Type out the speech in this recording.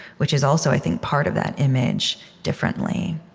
which is also, i think, part of that image, differently